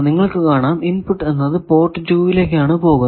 നിങ്ങൾക്കു കാണാം ഇൻപുട് എന്നത് പോർട്ട് 2 ലേക്കാണ് പോകുന്നത്